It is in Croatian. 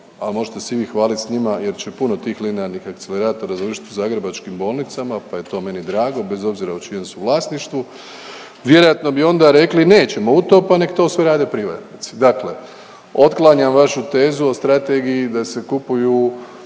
a možete se i vi hvaliti sa njima jer će puno tih linearnih akceleratora završiti u zagrebačkim bolnicama pa je to meni drago bez obzira u čijem su vlasništvu. Vjerojatno bi onda rekli nećemo u to, pa nek' to sve rade privatnici. Dakle, otklanjam vašu tezu o strategiji da se kupuju